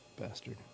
Bastard